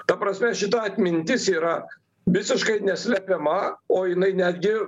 ta prasme šita atmintis yra visiškai neslepiama o jinai netgi